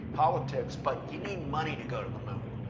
politics, but you need money to go to the moon.